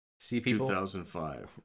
2005